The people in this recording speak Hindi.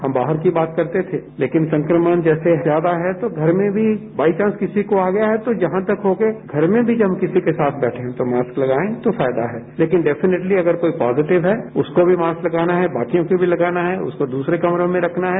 हम बाहर की बात करते थे लेकिन संक्रमण जैसे ज्यादा है तो घर में भी बाइचांस किसी को आ गया है तो जहां तक हो के घर में जब हम किसी के साथ बैठे हैं तो मास्क लगाएं तो फायदा है लेकिन डेफिनेटली अगर कोई पॉजिटिव है उसको भी मास्क लगाना है बाकियों को भी लगाना है उसको दूसरे कमरे में रखना है